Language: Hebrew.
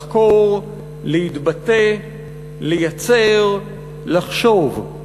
לחקור, להתבטא, לייצר, לחשוב.